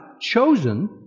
chosen